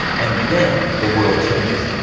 and then the world changes.